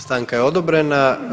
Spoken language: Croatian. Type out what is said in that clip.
Stanka je odobrena.